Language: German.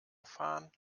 fahren